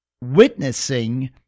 witnessing